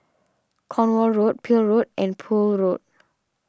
Cornwall Road Peel Road and Poole Road